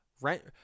Rent